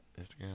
instagram